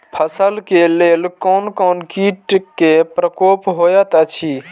फसल के लेल कोन कोन किट के प्रकोप होयत अछि?